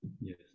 Yes